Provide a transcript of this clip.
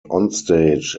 onstage